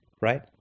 right